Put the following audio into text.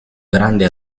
grande